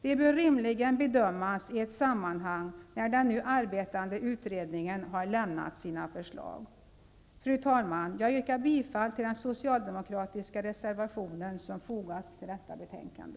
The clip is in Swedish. De bör rimligen bedömas i ett sammanhang, när den nu arbetande utredningen har lämnat sina förslag. Fru talman! Jag yrkar bifall till den socialdemokratiska reservationen som fogats till detta betänkande.